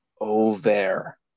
over